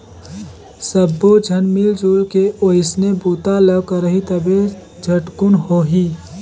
सब्बो झन मिलजुल के ओइसने बूता ल करही तभे झटकुन होही